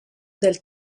del